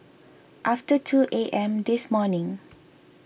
after two A M this morning